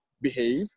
behave